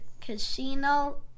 casino